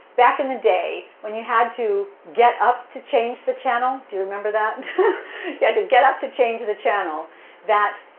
back in the day when you had to get up to change the channel do you remember that you had to get up to change the channel that